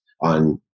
on